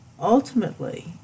ultimately